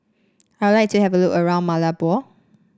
I would like to have a look around Malabo